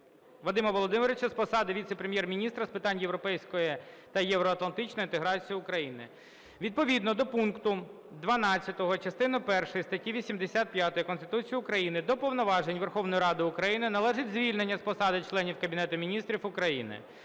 Вадима Володимировича з посади Віце-прем'єр-міністра з питань європейської та євроатлантичної інтеграції України. Відповідно до пункту 12 частини першої статті 85 Конституції України до повноважень Верховної Ради України належить звільнення з посади членів Кабінету Міністрів України.